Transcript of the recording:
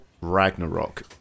Ragnarok